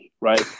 right